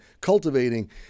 cultivating